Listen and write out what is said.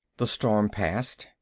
the storm passed.